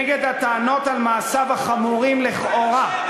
נגד הטענות על מעשיו החמורים, לכאורה,